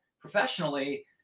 professionally